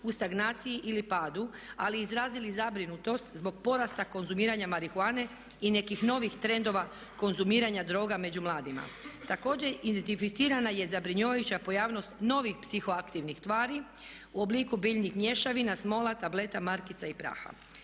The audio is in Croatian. u stagnaciji ili padu, ali izrazili zabrinutost zbog porasta konzumiranja marihuane i nekih novih trendova konzumiranja droga među mladima. Također identificirana je zabrinjavajuća pojavnost novih psihoaktivnih tvari u obliku biljnih mješavina, smola, tableta, markica i praha.